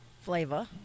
flavor